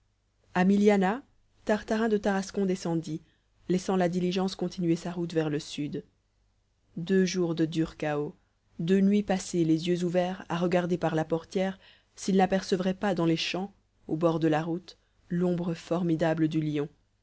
a milianah tartarin de tarascon descendit laissant la diligence continuer sa route vers le sud deux jours de durs cahots deux nuits passées les yeux ouverts à regarder par la portière s'il n'apercevrait pas dans les champs au bord de la route l'ombre formidable du lion